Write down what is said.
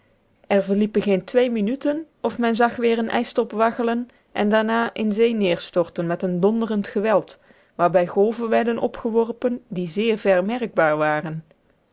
er verliepen geen twee minuten of men zag weer een ijstop waggelen en daarna in zee neerstorten met een donderend geweld waarbij golven werden opgeworpen die zeer ver merkbaar waren